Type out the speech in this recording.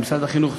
במשרד החינוך,